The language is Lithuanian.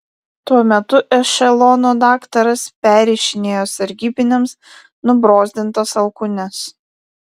tuo metu ešelono daktaras perrišinėjo sargybiniams nubrozdintas alkūnes